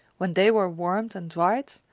when they were warmed and dried,